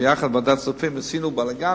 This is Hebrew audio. ביחד בוועדת הכספים עשינו בלגן,